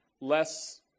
less